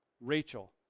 Rachel